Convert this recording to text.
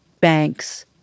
banks